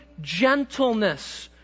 gentleness